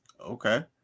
Okay